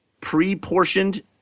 pre-portioned